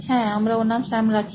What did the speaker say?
হ্যাঁ আমরা ওর নাম স্যাম রাখি